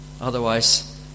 Otherwise